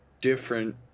different